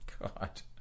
God